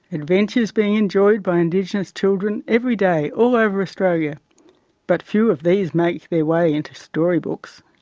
adventures being enjoyed by indigenous children every day all over australia but few of these make their way into story books.